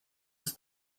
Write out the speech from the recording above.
was